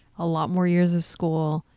a lot more years of school,